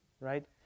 right